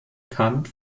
bekannt